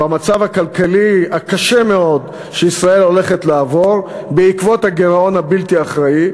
במצב הכלכלי הקשה מאוד שישראל הולכת לעבור בעקבות הגירעון הבלתי-אחראי,